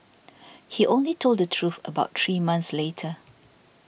he only told the truth about three months later